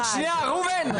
שנייה, ראובן.